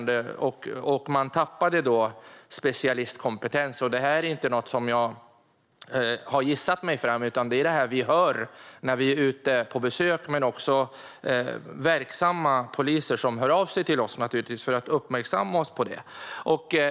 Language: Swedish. Då tappade man specialistkompetens. Detta är inget som jag har gissat mig till, utan vi hör det när vi är ute på besök. Verksamma poliser hör också av sig till oss för att uppmärksamma oss på detta.